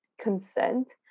consent